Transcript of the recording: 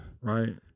Right